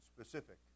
specific